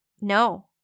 No